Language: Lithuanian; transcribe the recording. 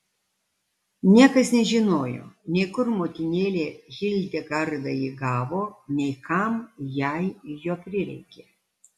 niekas nežinojo nei kur motinėlė hildegarda jį gavo nei kam jai jo prireikė